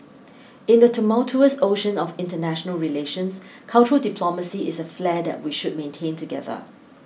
in the tumultuous ocean of international relations cultural diplomacy is a flare that we should maintain together